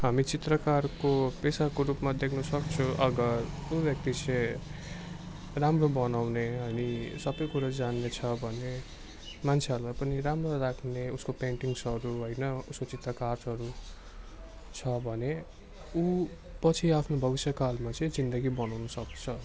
हामी चित्रकारको पेसाको रूपमा देख्न सक्छौँ अगर ऊ व्यक्ति चाहिँ राम्रो बनाउने अनि सबै कुरो जान्ने छ भने मान्छेहरूलाई पनि राम्रो लाग्ने उसको पेन्टिङ्सहरू होइन उसको चित्रकारहरू छ भने ऊ पछि आफ्नो भविष्यकालमा चाहिँ जिन्दगी बनाउनु सक्छ